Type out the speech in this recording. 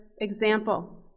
example